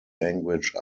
language